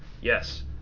Yes